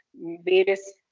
various